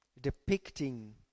depicting